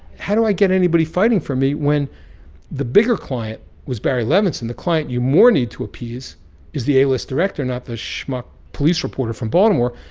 how do i get anybody fighting for me when the bigger client was barry levinson? the client you more need to appease is the a-list director, not the schmuck police reporter from baltimore.